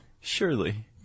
Surely